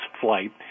flight